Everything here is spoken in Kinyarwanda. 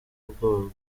ubwoba